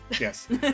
Yes